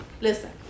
listen